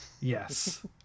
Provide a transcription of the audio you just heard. yes